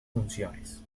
funciones